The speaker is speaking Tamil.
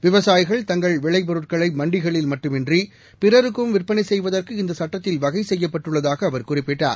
விவசாயிகள் தங்கள் விளைப் பொருட்களை மண்டிகளில் மட்டுமன்றி பிறருக்கும் விற்பனை செய்வதற்கு இந்த சுட்டத்தில் வகை செய்யப்பட்டுள்ளதாக அவர் குறிப்பிட்டார்